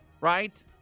right